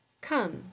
Come